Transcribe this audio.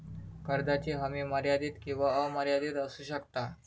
कर्जाची हमी मर्यादित किंवा अमर्यादित असू शकता